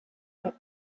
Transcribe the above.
have